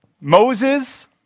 Moses